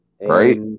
Right